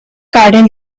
garden